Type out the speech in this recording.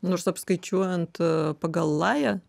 nors apskaičiuojant pagal lają